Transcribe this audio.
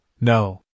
No